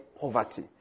poverty